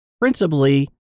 principally